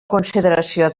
consideració